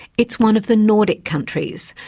it's one of the nordic countries,